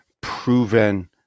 proven